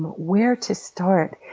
where to start,